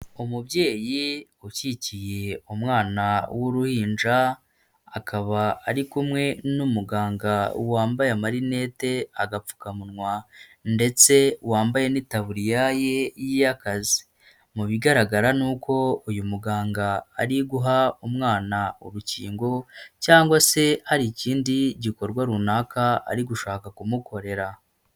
Umubyeyi ukikiye umwana w'uruhinja, akaba ari kumwe n'umuganga wambaye amarinete, agapfukamunwa ndetse wambaye n'itaburiya ye, mu bigaragara ni uko uyu muganga ari guha umwana urukingo cyangwa se hari ikindi gikorwa runaka ari gushaka kumukorera.